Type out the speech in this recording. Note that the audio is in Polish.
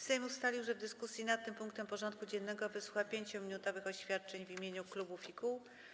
Sejm ustalił, że w dyskusji nad tym punktem porządku dziennego wysłucha 5-minutowych oświadczeń w imieniu klubów i kół.